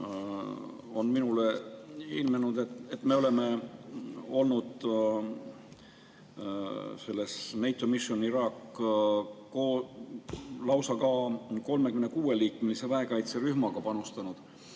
on minule ilmnenud, et me oleme sellesse NATO Mission Iraq'i lausa ka 36‑liikmelise väekaitserühmaga panustanud,